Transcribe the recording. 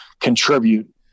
contribute